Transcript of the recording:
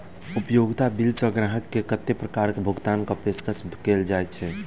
उपयोगिता बिल सऽ ग्राहक केँ कत्ते प्रकार केँ भुगतान कऽ पेशकश कैल जाय छै?